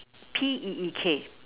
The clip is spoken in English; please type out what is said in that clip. P E E K